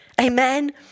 Amen